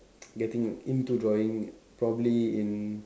getting into drawing probably in